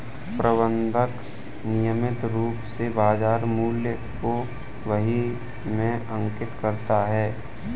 प्रबंधक नियमित रूप से बाज़ार मूल्य को बही में अंकित करता है